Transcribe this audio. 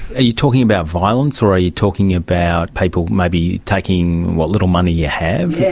are you talking about violence or are you talking about people maybe taking what little money you have?